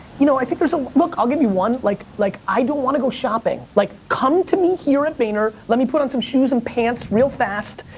you know, i think there's, ah look, i'll give you one, like, like i don't wanna go shopping, like, come to me here at vayner. let me put on some shoes and pants real fast,